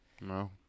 No